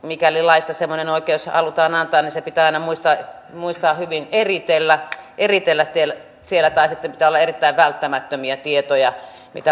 mikäli laissa semmoinen oikeus halutaan antaa niin se pitää aina muistaa hyvin eritellä siellä tai sitten pitää olla erittäin välttämättömiä tietoja mitä pyydetään